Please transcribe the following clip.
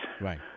Right